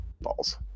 balls